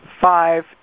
five